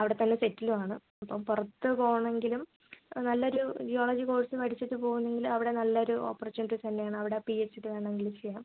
അവിടെ തന്നെ സെറ്റിലും ആണ് അപ്പം പുറത്ത് പോകണമെങ്കിലും നല്ല ഒരു ജിയോളജി കോഴ്സ് പഠിച്ചിട്ട് പോവുന്നെങ്കിൽ അവിടെ നല്ലൊരു ഓപ്പർച്യൂണിറ്റി തന്നെ ആണ് അവിടെ പി എച്ച് ഡി വേണമെങ്കിൽ ചെയ്യാം